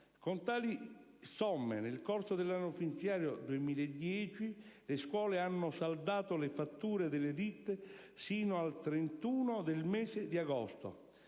Con tali somme nel corso dell'anno finanziario 2010 le scuole hanno saldato le fatture delle ditte sino al 31 del mese di agosto.